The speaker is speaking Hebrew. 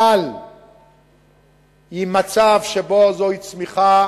אבל במצב שבו זוהי צמיחה